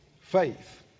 faith